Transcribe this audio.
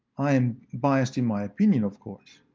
i am biased in my opinion, of course.